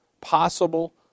possible